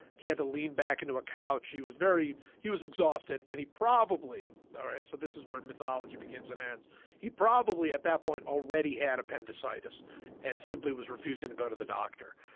he had to lean back into a couch. he was very he was exhausted and he probably. all right. so this is where mythology begins and ends he probably at that point already had appendicitis and simply was refusing to go to the doctor.